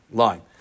line